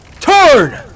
Turn